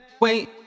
Wait